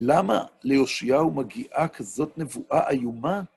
למה ליואשיהו מגיעה כזאת נבואה איומה?